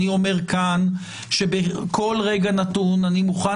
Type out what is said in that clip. אני אומר כאן שבכל רגע נתון אני מוכן